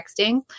texting